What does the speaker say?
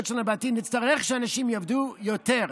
שלנו בעתיד נצטרך שאנשים יעבדו יותר.